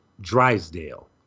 Drysdale